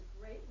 great